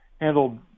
handled